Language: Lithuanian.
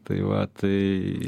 tai va tai